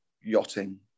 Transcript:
yachting